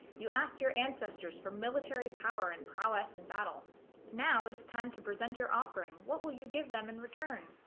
you asked your ancestors for military power and prowess and battle now it is time to present your offering what will you give them in return